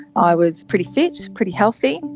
i was pretty fit, pretty healthy,